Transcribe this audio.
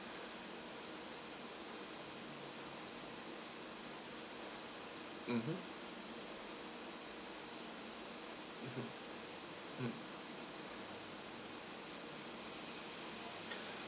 mmhmm mm